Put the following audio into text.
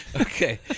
Okay